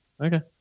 Okay